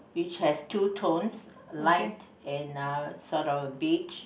which have two tones light and uh sort of beige